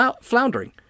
floundering